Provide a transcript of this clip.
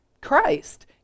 Christ